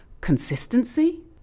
consistency